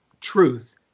truth